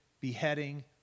beheading